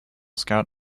scout